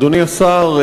אדוני השר,